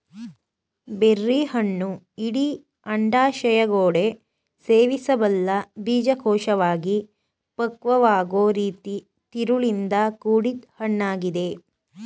ಬೆರ್ರಿಹಣ್ಣು ಇಡೀ ಅಂಡಾಶಯಗೋಡೆ ಸೇವಿಸಬಲ್ಲ ಬೀಜಕೋಶವಾಗಿ ಪಕ್ವವಾಗೊ ರೀತಿ ತಿರುಳಿಂದ ಕೂಡಿದ್ ಹಣ್ಣಾಗಿದೆ